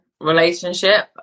relationship